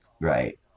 right